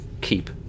keep